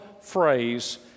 phrase